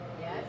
Yes